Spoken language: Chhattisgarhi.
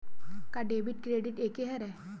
का डेबिट क्रेडिट एके हरय?